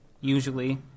usually